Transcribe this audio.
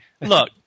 Look